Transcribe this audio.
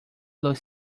los